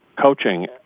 coaching